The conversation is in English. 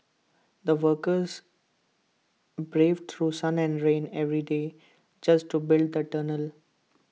the workers braved through sun and rain every day just to the tunnel